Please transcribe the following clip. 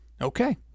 Okay